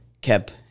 kept